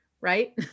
Right